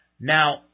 Now